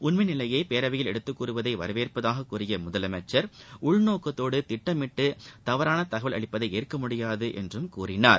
உண்மை நிலையை பேரவையில் எடுத்துக்கூறுவதை வரவேற்பதாக கூறிய முதலமைச்சர் உள்நோக்கத்தோடு திட்டமிட்டு தவறான தகவல் அளிப்பதை ஏற்கமுடியாது என்றும் கூறினார்